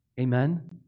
Amen